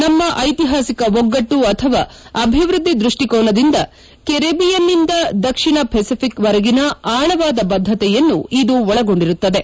ನಮ್ಮ ಐತಿಪಾಸಿಕ ಒಗ್ಗಟ್ಟು ಅಥವಾ ಅಭಿವೃದ್ಧಿ ದೃಷ್ಟಿಕೋನದಿಂದ ಕೆರೆಬಿಯನ್ನಿಂದ ದಕ್ಷಿಣ ಫೆಸಿಫಿಕ್ವರೆಗಿನ ಆಳವಾದ ಬದ್ದತೆಯನ್ನು ಇದು ಒಳಗೊಂಡಿರುತ್ತದೆ